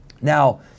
Now